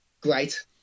great